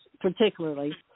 particularly